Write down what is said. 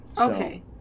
Okay